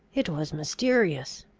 it was mysterious!